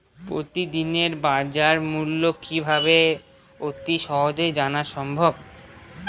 প্রতিদিনের বাজারমূল্য কিভাবে অতি সহজেই জানা সম্ভব?